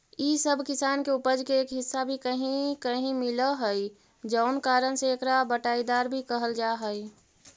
इ सब किसान के उपज के एक हिस्सा भी कहीं कहीं मिलऽ हइ जउन कारण से एकरा बँटाईदार भी कहल जा हइ